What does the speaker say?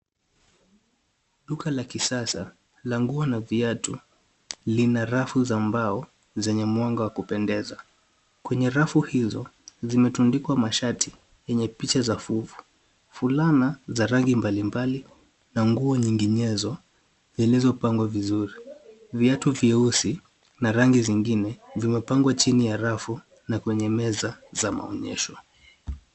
Duka la kisasa la nguo na viatu lina rafu za mbao zenye mwanga wa kupendeza. Kwenye rafu hizo, zimetundikwa mashati yenye picha za fuvu. Fulana za rangi mbali mbali na nguo nyinginyezo zilizopangwa vizuri. Viatu vieusi na rangi zingine vimepangwa chini ya rafu na kwenye meza za maonyesho.